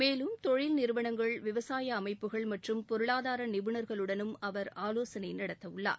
மேலும் தொழில்நிறுவனங்கள் விவசாய அமைப்புகள் மற்றும் பொருளாதார நிபுனர்களுடனும் அவர் ஆலோசனை நடத்தவுள்ளார்